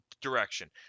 direction